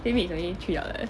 playmade is only three dollars